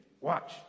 Watch